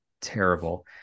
terrible